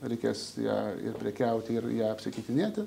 reikės ja ir prekiauti ir ja apsikeitinėti